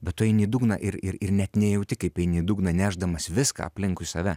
bet tu eini į dugną ir ir ir net nejauti kaip eini į dugną nešdamas viską aplinkui save